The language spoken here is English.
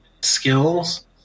skills